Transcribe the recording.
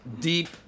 Deep